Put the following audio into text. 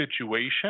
situation